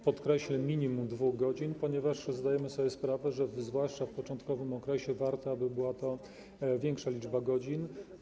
Podkreślę, minimum 2 godzin, ponieważ zdajemy sobie sprawę, że zwłaszcza w początkowym okresie warto, aby była to większa liczba godzin.